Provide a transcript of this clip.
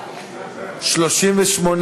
התשע"ה 2015,